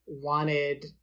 Wanted